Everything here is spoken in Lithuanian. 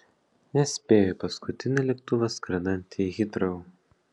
nespėjo į paskutinį lėktuvą skrendantį į hitrou